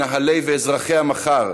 מנהלים ואזרחים של המחר,